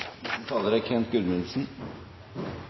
talar, som er